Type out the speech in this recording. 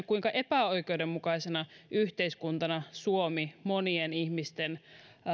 kuinka epäoikeudenmukaisena yhteiskuntana suomi monien ihmisten